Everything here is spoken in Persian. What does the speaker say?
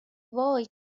وای